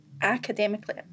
academically